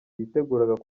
yiteguraga